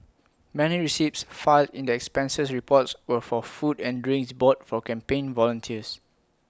many receipts filed in the expenses reports were for food and drinks bought for campaign volunteers